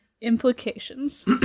implications